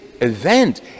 event